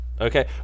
Okay